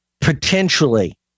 potentially